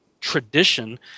tradition